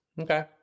Okay